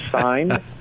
signed